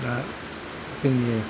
दा जोंनि